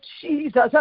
Jesus